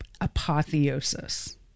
apotheosis